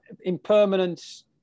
Impermanence